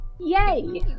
Yay